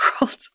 World